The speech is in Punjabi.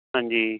ਹਾਂਜੀ